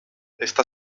esta